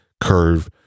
curve